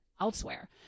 elsewhere